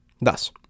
Thus